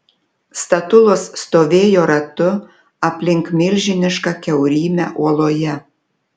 statulos stovėjo ratu aplink milžinišką kiaurymę uoloje